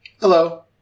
Hello